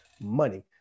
money